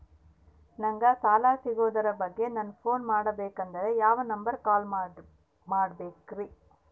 ನಂಗೆ ಸಾಲ ಸಿಗೋದರ ಬಗ್ಗೆ ನನ್ನ ಪೋನ್ ಮಾಡಬೇಕಂದರೆ ಯಾವ ನಂಬರಿಗೆ ಕಾಲ್ ಮಾಡಬೇಕ್ರಿ?